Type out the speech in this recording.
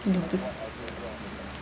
mm a bit